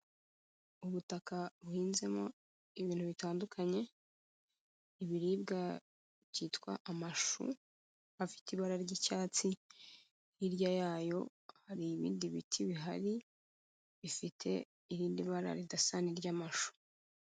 Ubutaka buhinzemo ibintu bitandukanye, ibiribwa byitwa amashu, afite ibara ry'icyatsi, hirya yayo hari ibindi biti bihari, bifite irindi bara ridasa n'iry'amashu.